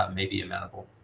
um may be amenable.